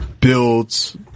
builds